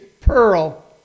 Pearl